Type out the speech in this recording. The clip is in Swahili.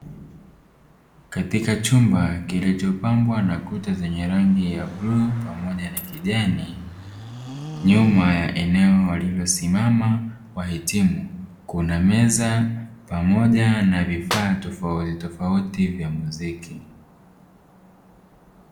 Katika chumba kilichopambwa na kuta zenye rangi ya bluu pamoja na kijani nyuma ya eneo walilosimama wahitimu, kuna meza pamoja na vifaa tofautitofauti vya muziki.